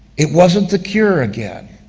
it wasn't the cure, again,